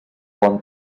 bon